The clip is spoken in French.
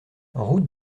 route